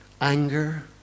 anger